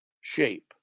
shape